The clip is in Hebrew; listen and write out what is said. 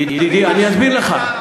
ידידי, אני אסביר לך.